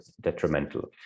detrimental